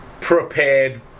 prepared